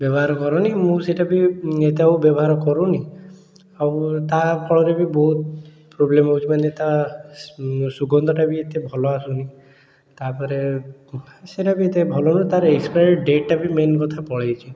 ବ୍ୟବହାର କରନି ମୁଁ ସେଇଟା ବି ଏତେ ଆଉ ବ୍ୟବହାର କରୁନି ଆଉ ତାଫଳରେ ବି ବହୁତ ପ୍ରୋବ୍ଲେମ୍ ହେଉଛି ମାନେ ତା ସୁଗନ୍ଧଟା ବି ଏତେ ଭଲ ଆସୁନି ତା'ପରେ ସେଇଟା ବି ଏତେ ଭଲ ନୁହେଁ ତା ଏକ୍ସପାରି ଡେଟ୍ଟା ବି ମେନ୍ କଥା ପଳାଇଛି